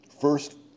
First